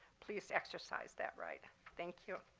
please exercise that right. thank you.